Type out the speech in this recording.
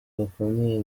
bakomeye